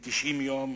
ל-90 יום,